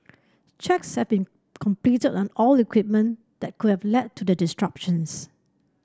checks have been completed on all equipment that could have led to the disruptions